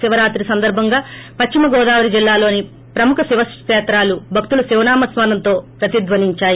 శివరాత్రి సందర్బంగా పశ్చిమ గోదావరి జిల్లాలోని ప్రముఖ శివ కేత్రలు భక్తుల శివనామస్క రణతో ప్రతిధ్వనించాయి